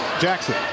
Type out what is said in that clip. Jackson